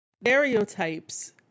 stereotypes